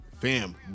fam